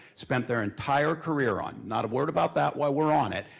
spent their entire career on. not a word about that while we're on it.